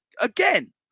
Again